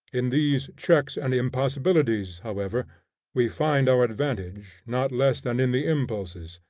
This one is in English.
in these checks and impossibilities however we find our advantage, not less than in the impulses.